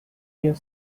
your